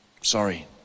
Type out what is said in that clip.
Sorry